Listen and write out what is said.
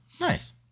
nice